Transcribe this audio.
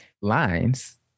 lines